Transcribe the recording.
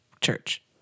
church